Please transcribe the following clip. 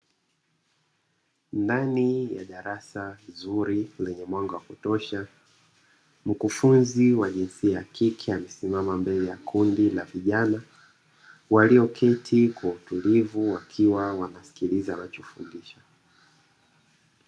Ndani ya darasa zuri lenye mwanga wa kutosha, mkufunzi wa jinsia ya kke amesimama mbele ya kundi la vijana walioketi kwa utulivu wakisikiliza wanachofundishwa.